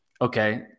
okay